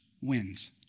wins